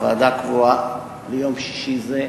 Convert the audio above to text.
הוועדה קבועה ליום שישי זה,